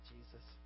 Jesus